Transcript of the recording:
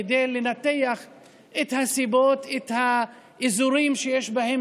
כדי לנתח את הסיבות ואת האזורים שיש בהם